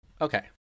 Okay